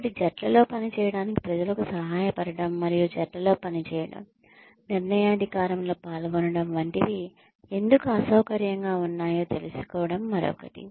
కాబట్టి జట్లలో పనిచేయడానికి ప్రజలకు సహాయపడటం మరియు జట్లలో పనిచేయడం నిర్ణయాధికారంలో పాల్గొనడం వంటివి ఎందుకు అసౌకర్యంగా ఉన్నాయో తెలుసుకోవడం మరొకటి